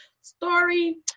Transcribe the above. story